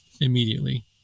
immediately